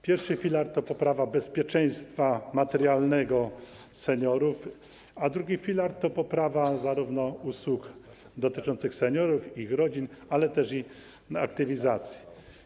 Pierwszy filar to poprawa bezpieczeństwa materialnego seniorów, a drugi filar to poprawa zarówno usług dotyczących seniorów i ich rodzin, jak i aktywizacji.